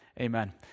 Amen